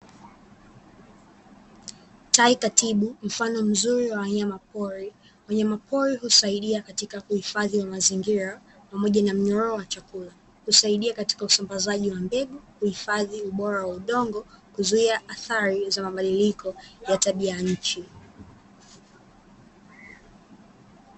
Tai katibu mfano mzuri wa wanyamapori. Wanyamapori husaidia katika kuhifadhi mazingira pamoja na mnyororo wa chakula. Husaidia katika usambazaji wa mbegu, huhifadhi ubora wa udongo, kuzuia athari za mabadiliko ya tabia ya nchi.